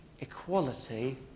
equality